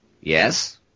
Yes